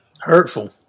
hurtful